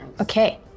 Okay